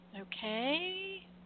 Okay